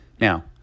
Now